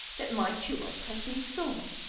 that my tulip has been stolen.